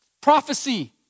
prophecy